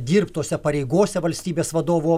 dirbt tose pareigose valstybės vadovo